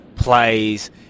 plays